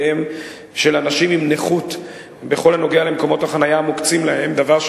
67'. בכלל על מזרח-ירושלים הוא לא רוצה לדבר.